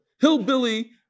Hillbilly